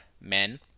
men